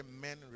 men